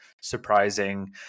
surprising